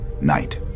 Night